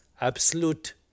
absolute